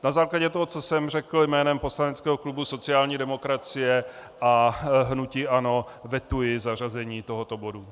Na základě toho, co jsem řekl, jménem poslaneckého klubu sociální demokracie a hnutí ANO vetuji zařazení tohoto bodu.